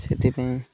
ସେଥିପାଇଁ